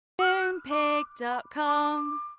Moonpig.com